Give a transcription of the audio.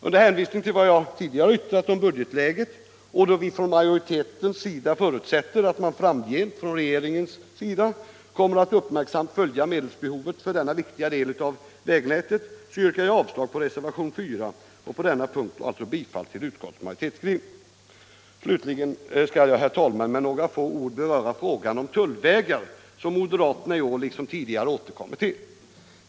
Under hänvisning till vad jag tidigare yttrat om budgetläget, och då vi från majoritetens sida förutsätter att man i regeringen framgent kommer att uppmärksamt följa medelsbehovet för denna viktiga del av vägnätet, yrkar jag därför bifall till utskottets hemställan på denna punkt, vilket alltså innebär avslag på reservationen 4. Slutligen skall jag med några ord beröra frågan om tullvägar, som moderaterna i vår återkommer till.